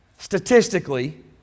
Statistically